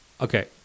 Okay